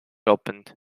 opened